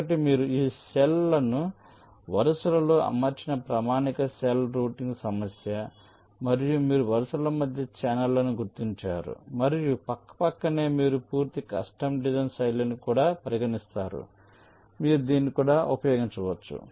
కాబట్టి ఒకటి మీరు ఈ సెల్ లను వరుసలలో అమర్చిన ప్రామాణిక సెల్ రౌటింగ్ సమస్య మరియు మీరు వరుసల మధ్య ఛానెల్లను గుర్తించారు మరియు పక్కపక్కనే మీరు పూర్తి కస్టమ్ డిజైన్ శైలిని కూడా పరిగణిస్తారు కానీ మీరు దీన్ని కూడా ఉపయోగించవచ్చు